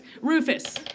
Rufus